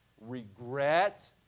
regret